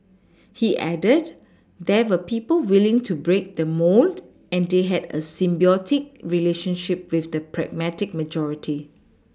he added there were people willing to break the mould and they had a symbiotic relationship with the pragmatic majority